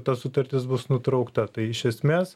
ta sutartis bus nutraukta tai iš esmės